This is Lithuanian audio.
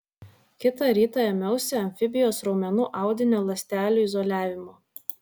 kitą rytą ėmiausi amfibijos raumenų audinio ląstelių izoliavimo